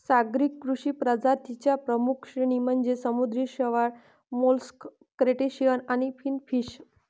सागरी कृषी प्रजातीं च्या प्रमुख श्रेणी म्हणजे समुद्री शैवाल, मोलस्क, क्रस्टेशियन आणि फिनफिश